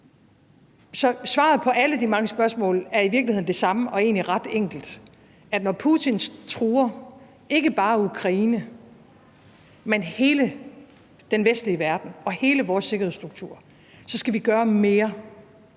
Så svaret på alle de mange spørgsmål er i virkeligheden det samme og egentlig ret enkelt. Når Putin truer ikke bare Ukraine, men hele den vestlige verden og hele vores sikkerhedsstruktur, skal vi gøre mere.